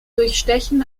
durchstechen